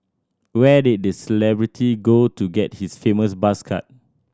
where did the celebrity go to get his famous buzz cut